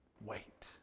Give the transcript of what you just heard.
wait